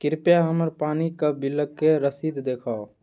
कृपया हमर पानिक बिलके रसीद देखाउ